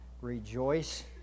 rejoice